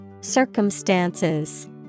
Circumstances